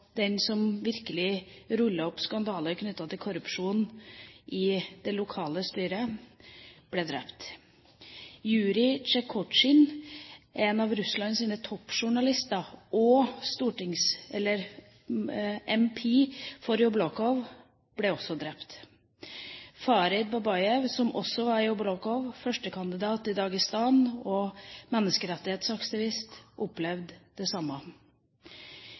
den som virkelig rullet opp skandaler knyttet til korrupsjon i det lokale styret, ble drept. Yuri Shchekochikhin, en av Russlands toppjournalister og medlem av parlamentet for Yabloko, ble også drept. Farid Babayev, som også var i Yabloko, førstekandidat i Dagestan og menneskerettighetsaktivist, opplevde det samme.